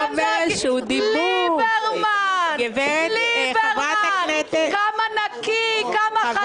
ליברמן כמה נקי, כמה חדש.